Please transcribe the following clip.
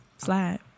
Slide